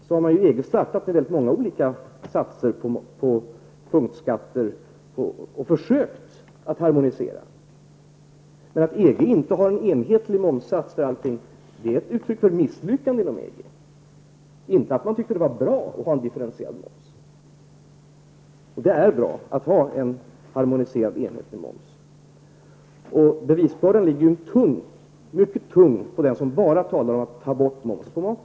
I EG har man startat med väldigt många olika satser på punktskatter och försökt att harmonisera dessa. Att EG inte har en enhetlig momssats för allting är uttryck för ett misslyckande inom EG, inte att man tycker att det är bra att ha en differentierad moms, för det är bra att ha en enhetlig moms. Bevisbördan ligger mycket tung på den som bara talar om att ta bort momsen på mat.